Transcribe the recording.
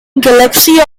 gillespie